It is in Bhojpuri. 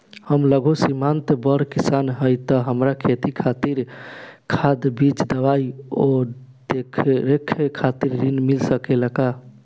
हम लघु सिमांत बड़ किसान हईं त हमरा खेती खातिर खाद बीज दवाई आ देखरेख खातिर ऋण मिल सकेला का?